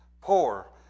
poor